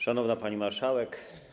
Szanowna Pani Marszałek!